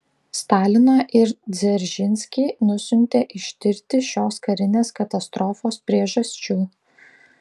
staliną ir dzeržinskį nusiuntė ištirti šios karinės katastrofos priežasčių